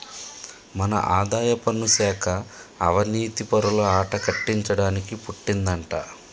మన ఆదాయపన్ను శాఖ అవనీతిపరుల ఆట కట్టించడానికి పుట్టిందంటా